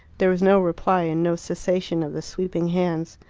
there was no reply, and no cessation of the sweeping hands.